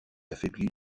affaiblit